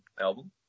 album